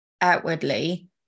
outwardly